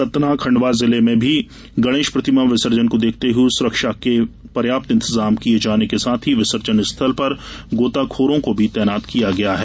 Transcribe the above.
सतनाखंडवामुरैना जिले में गणेश प्रतिमा विसर्जन को देखते हुए सुरक्षा के पर्याप्त इंतजाम किये जाने कई साथ ही विसर्जन स्थल पर गोताखोरों को भी तैनात किया गया है